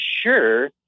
sure